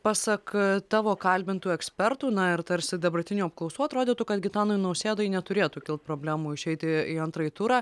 pasak tavo kalbintų ekspertų na ir tarsi dabartinių apklausų atrodytų kad gitanui nausėdai neturėtų kilt problemų išeiti į antrąjį turą